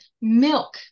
milk